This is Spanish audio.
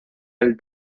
del